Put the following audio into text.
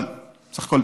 אבל בסך הכול,